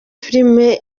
filimi